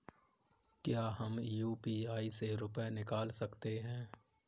क्या हम यू.पी.आई से रुपये निकाल सकते हैं?